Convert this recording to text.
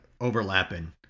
overlapping